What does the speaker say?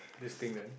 this thing then